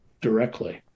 directly